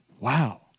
Wow